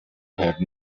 have